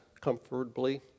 comfortably